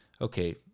Okay